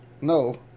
No